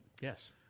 Yes